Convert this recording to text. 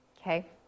okay